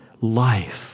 Life